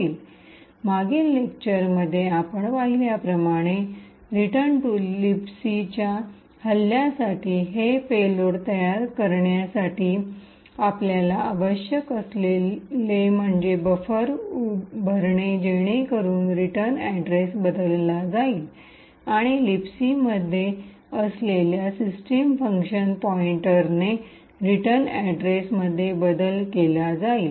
slide वेळपहा ५१० मागील लेक्चरमध्ये आपण पाहिल्याप्रमाणे रिटर्न टू लिबॅकच्या हल्ल्यासाठी हे पेलोड तयार करण्यासाठी आपल्याला आवश्यक असलेले म्हणजे बफर भरणे जेणेकरुन रिटर्न अड्रेस बदलला जाईल आणि लिबसी मध्ये असलेल्या सिस्टम फंक्शनपॉइन्टने रिटर्न अड्रेस मध्ये बदल केला जाईल